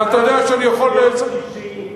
ואתה יודע שאני יכול, שר השיכון